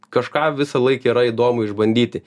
kažką visąlaik yra įdomu išbandyti